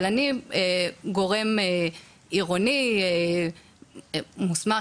אבל אני גורם עירוני מוסמך,